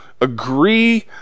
agree